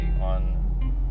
on